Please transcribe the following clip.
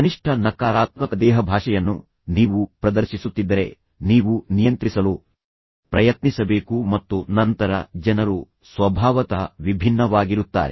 ಕನಿಷ್ಠ ನಕಾರಾತ್ಮಕ ದೇಹಭಾಷೆಯನ್ನು ನೀವು ಪ್ರದರ್ಶಿಸುತ್ತಿದ್ದರೆ ನೀವು ನಿಯಂತ್ರಿಸಲು ಪ್ರಯತ್ನಿಸಬೇಕು ಮತ್ತು ನಂತರ ಜನರು ಸ್ವಭಾವತಃ ವಿಭಿನ್ನವಾಗಿರುತ್ತಾರೆ